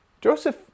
Joseph